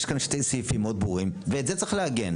יש כאן שני סעיפים מאוד ברורים, ואת זה צריך לעגן.